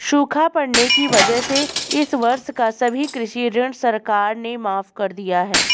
सूखा पड़ने की वजह से इस वर्ष का सभी कृषि ऋण सरकार ने माफ़ कर दिया है